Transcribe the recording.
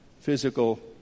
physical